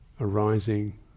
arising